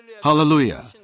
Hallelujah